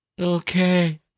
Okay